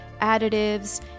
additives